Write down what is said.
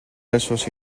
esos